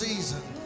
season